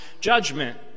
judgment